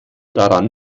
daran